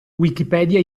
wikipedia